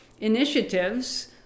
initiatives